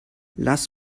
lass